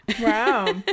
Wow